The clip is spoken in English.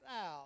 out